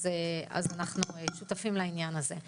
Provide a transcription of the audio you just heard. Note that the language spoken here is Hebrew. אז אנחנו שותפים לעניין הזה.